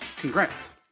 Congrats